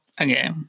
Okay